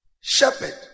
Shepherd